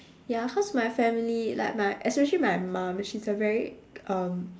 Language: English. ya cause my family like my especially my mum she's a very um